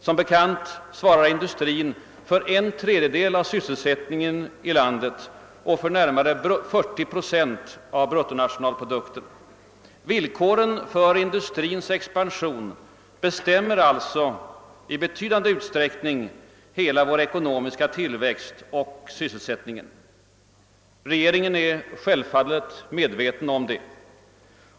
Som bekant svarar industrin för en tredjedel av sysselsättningen i landet och för närmare 40 procent av bruttonationalprodukten. Villkoren för industrins expansion bestämmer alltså i betydande utsträckning hela vår ekonomiska tillväxt och sysselsättningen. Regeringen är självfallet medveten om detta.